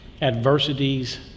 adversities